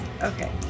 Okay